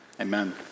Amen